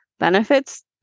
benefits